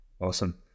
Awesome